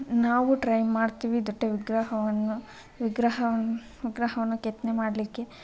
ನಾವೂ ಟ್ರೈ ಮಾಡ್ತೀವಿ ದೊಡ್ಡ ವಿಗ್ರಹವನ್ನು ವಿಗ್ರಹವನ್ನು ವಿಗ್ರಹವನ್ನು ಕೆತ್ತನೆ ಮಾಡಲಿಕ್ಕೆ